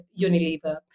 Unilever